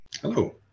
Hello